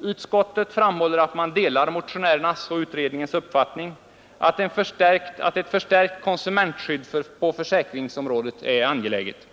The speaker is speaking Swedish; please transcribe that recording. Utskottet framhåller att det delar motionärernas och utredningens uppfattning att ett förstärkt konsumentskydd på försäkringsområdet är angeläget.